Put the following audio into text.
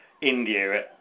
India